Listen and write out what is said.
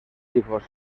hijos